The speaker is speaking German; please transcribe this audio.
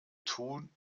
tun